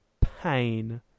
pain